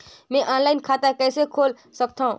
मैं ऑनलाइन खाता कइसे खोल सकथव?